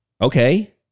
Okay